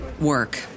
work